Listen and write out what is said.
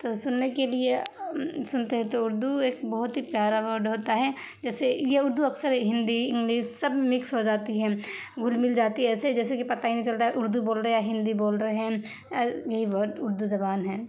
تو سننے کے لیے سنتے ہیں تو اردو ایک بہت ہی پیارا ورڈ ہوتا ہے جیسے یہ اردو اکثر ہندی انگلش سب میں مکس ہو جاتی ہے گھل مل جاتی ہے ایسے جیسے کہ پتہ ہی نہیں چلتا اردو بول رہے یا ہندی بول رہے یہ ورڈ اردو زبان ہے